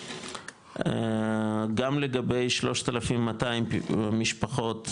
גם לגבי 3,200 משפחות,